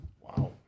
Wow